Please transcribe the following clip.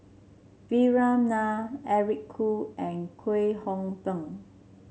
Vikram Nair Eric Khoo and Kwek Hong Png